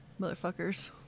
motherfuckers